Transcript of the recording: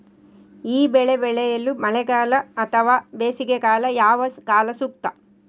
ಈ ಬೆಳೆ ಬೆಳೆಯಲು ಮಳೆಗಾಲ ಅಥವಾ ಬೇಸಿಗೆಕಾಲ ಯಾವ ಕಾಲ ಸೂಕ್ತ?